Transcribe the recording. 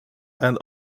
and